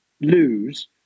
lose